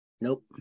Nope